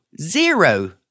zero